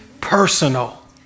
personal